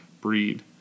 breed